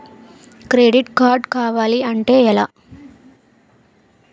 Credit card కావాలి అంటే ఎలా?